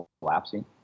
collapsing